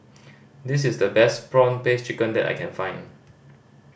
this is the best prawn paste chicken that I can find